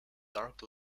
dark